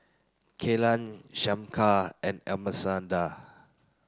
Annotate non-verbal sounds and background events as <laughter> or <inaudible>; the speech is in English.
Kellan Shamika and <unintelligible>